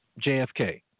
JFK